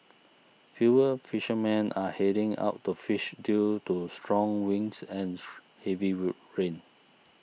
fewer fishermen are heading out to fish due to strong winds and heavy road rain